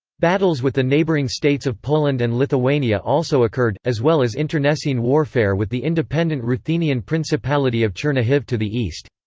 battles with the neighbouring states of poland and lithuania also occurred, as well as internecine warfare with the independent ruthenian principality of chernihiv to the east.